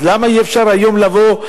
אז למה אי-אפשר היום לבוא,